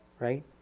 Right